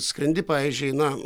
skrendi pavyzdžiui na